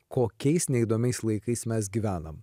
kokiais neįdomiais laikais mes gyvenam